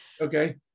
okay